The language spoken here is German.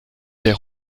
der